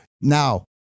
Now